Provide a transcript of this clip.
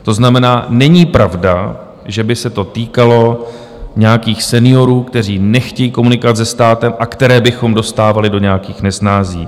To znamená, není pravda, že by se to týkalo nějakých seniorů, kteří nechtějí komunikovat se státem a které bychom dostávali do nějakých nesnází.